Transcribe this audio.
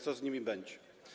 Co z nimi będzie?